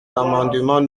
l’amendement